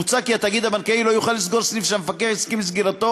מוצע כי התאגיד הבנקאי לא יוכל לסגור סניף שהמפקח הסכים לסגירתו